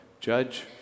Judge